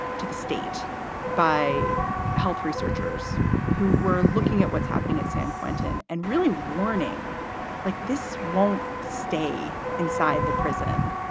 to the state by health researchers who were looking at what's happening at san quentin and really warning like this won't stay inside the prison.